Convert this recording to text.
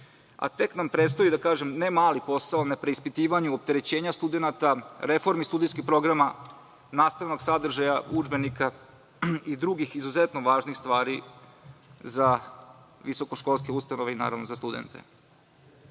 a tek nam predstoji ne mali posao na preispitivanju opterećenja studenata, reformi studentskih programa, nastavnog sadržaja udžbenika i drugih izuzetno važnih stvari za visokoškolske ustanove i naravno za studente. Verujem